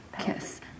Kiss